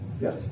Yes